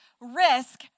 risk